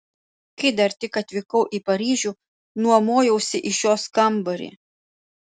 kai dar tik atvykau į paryžių nuomojausi iš jos kambarį